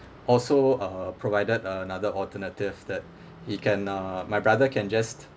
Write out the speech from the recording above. also uh provided another alternative that he can uh my brother can just